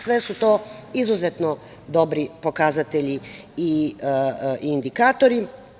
Sve su to izuzetno dobri pokazatelji i indikatori.